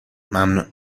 ممنون